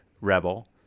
rebel